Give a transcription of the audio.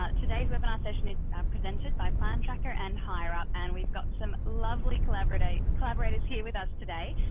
ah today's webinar session is presented by plan tracker and hireup and we've got some lovely collaborators collaborators here with us today.